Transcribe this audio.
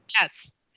Yes